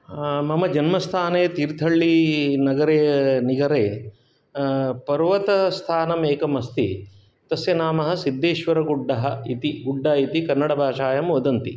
मम जन्मस्थाने तीर्थहल्लिनगरे निगरे पर्वतस्थानम् एकम् अस्ति तस्य नामः सिद्धेशवरगुड्डः इति गुड्ड इति कन्डभाषायां वदन्ति